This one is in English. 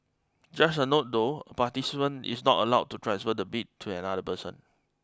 just a note though a participant is not allowed to transfer the bib to another person